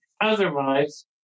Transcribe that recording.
otherwise